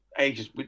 Ages